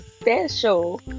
special